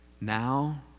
now